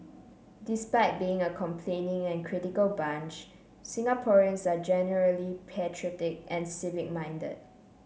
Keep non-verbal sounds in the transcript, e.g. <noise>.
despite being a complaining and critical bunch Singaporeans are generally patriotic and <unintelligible> minded